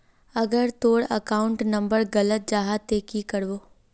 अगर तोर account number गलत जाहा ते की करबो?